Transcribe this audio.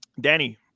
Danny